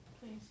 please